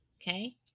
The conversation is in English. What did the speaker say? Okay